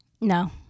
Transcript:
No